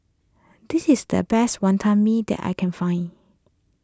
this is the best Wantan Mee that I can find